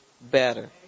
better